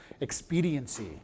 expediency